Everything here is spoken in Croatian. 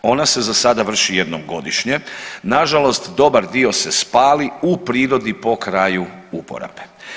Ona se za sada vrši jednom godišnje, nažalost dobar dio se spali u prirodi po kraju uporabe.